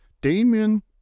Damien